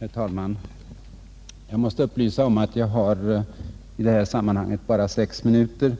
Herr talman! Jag mäste upplysa om att jag i detta sammanhang bara har sex minuter